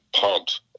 pumped